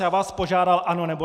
Já vás požádal ano, nebo ne.